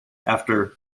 after